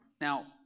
Now